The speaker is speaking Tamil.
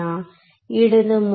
மாணவர் இடது முனை